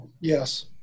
Yes